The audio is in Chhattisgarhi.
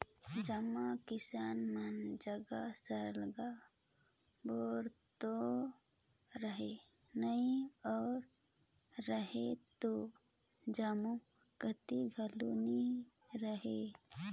जम्मो किसान मन जग सरलग बोर तो रहें नई अउ रहेल त जम्मो कती घलो नी रहे